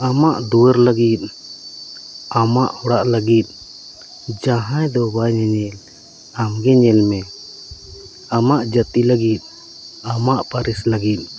ᱟᱢᱟᱜ ᱫᱩᱣᱟᱹᱨ ᱞᱟᱹᱜᱤᱫ ᱟᱢᱟᱜ ᱚᱲᱟᱜ ᱞᱟᱹᱜᱤᱫ ᱡᱟᱦᱟᱸᱭ ᱫᱚ ᱵᱟᱭ ᱧᱮᱧᱮᱞ ᱟᱢᱜᱮ ᱧᱮᱞᱢᱮ ᱟᱢᱟᱜ ᱡᱟᱹᱛᱤ ᱞᱟᱹᱜᱤᱫ ᱟᱢᱟᱜ ᱯᱟᱹᱨᱤᱥ ᱞᱟᱹᱜᱤᱫ